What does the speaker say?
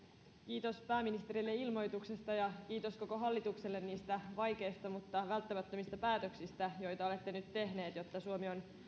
kiitos pääministerille ilmoituksesta ja kiitos koko hallitukselle niistä vaikeista mutta välttämättömistä päätöksistä joita olette nyt tehneet jotta suomi on